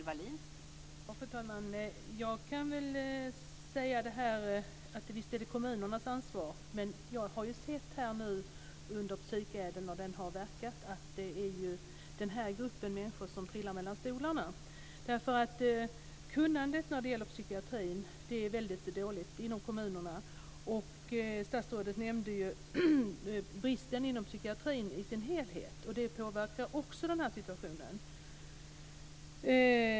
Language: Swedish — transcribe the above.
Fru talman! Visst är det kommunernas ansvar, men jag har ju under den tid som psykädeln har verkat att det är denna grupp av människor som trillar mellan stolarna. Kunnandet när det gäller psykiatrin är väldigt dåligt inom kommunerna. Statsrådet nämnde ju bristen inom psykiatrin i dess helhet. Och det påverkar också denna situation.